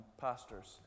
pastors